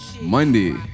monday